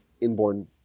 inborn